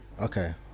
Okay